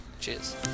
Cheers